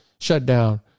shutdown